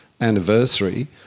anniversary